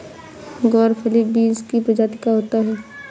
ग्वारफली बींस की प्रजाति का होता है